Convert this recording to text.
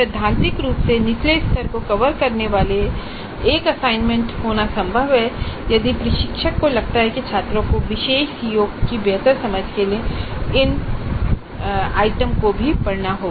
सैद्धांतिक रूप से निचले स्तरों को कवर करने वाला एक असाइनमेंट होना संभव है यदि प्रशिक्षक को लगता है कि छात्रों को विशेष सीओ की बेहतर समझ के लिए इन मदों को भी पढ़ना होगा